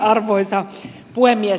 arvoisa puhemies